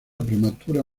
prematura